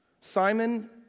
Simon